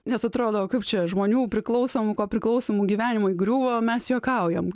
nes atrodo kaip čia žmonių priklausomų kopriklausomų gyvenimai griūva o mes juokaujam